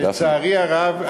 לצערי הרב,